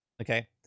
Okay